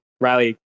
Riley